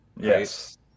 Yes